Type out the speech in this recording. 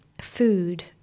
food